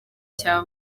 cya